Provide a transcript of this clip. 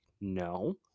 no